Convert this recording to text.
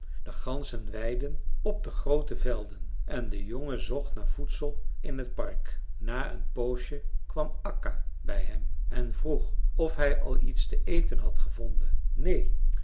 de ganzen weidden op de groote velden en de jongen zocht naar voedsel in het park na een poosje kwam akka bij hem en vroeg of hij al iets te eten had gevonden neen